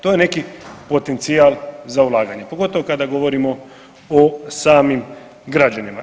To je neki potencijal za ulaganje, pogotovo kada govorimo o samim građanima.